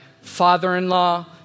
father-in-law